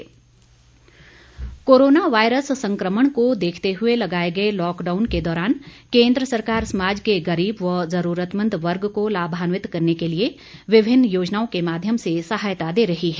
गरीब कल्याण योजना कोरोना वायरस संक्रमण को देखते हुए लगाए गए लॉकडाउन के दौरान केंद्र सरकार समाज के गरीब व जरूरतमंद वर्ग को लाभान्वित करने के लिए विभिन्न योजनाओं के माध्यम से सहायता दे रही है